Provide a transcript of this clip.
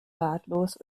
ratlos